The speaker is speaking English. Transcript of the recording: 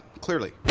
clearly